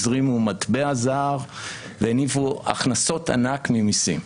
הזרימו מטבע זר והניבו הכנסות ענק ממיסים.